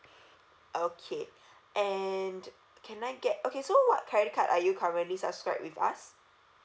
okay and can I get okay so what credit card are you currently subscribed with us